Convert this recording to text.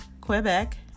Quebec